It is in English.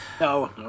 no